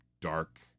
dark